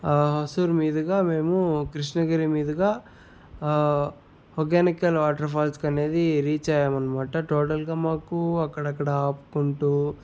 హోసూరు మీదుగా మేము కృష్ణగిరి మీదుగా హోగెనికల్ వాటర్ ఫాల్స్కనేది రీచయ్యామనమాట టోటల్గా మాకు అక్కడక్కడ ఆపుకుంటూ